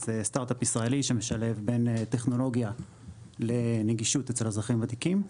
זה סטארט-אפ ישראלי שמשלב בין טכנולוגיה לנגישות אצל אזרחים ותיקים.